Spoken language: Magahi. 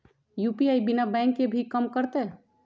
यू.पी.आई बिना बैंक के भी कम करतै?